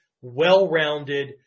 well-rounded